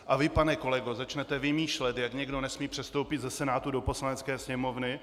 A vy, pane kolego, začnete vymýšlet, jak někdo nesmí přestoupit ze Senátu do Poslanecké sněmovny.